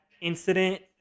incident